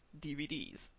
DVDs